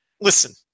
Listen